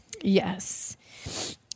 Yes